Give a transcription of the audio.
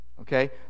Okay